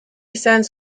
cents